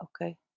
okay